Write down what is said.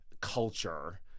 culture